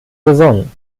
saison